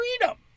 freedom